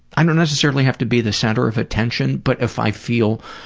i don't necessarily have to be the center of attention but if i feel